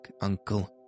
uncle